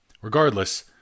Regardless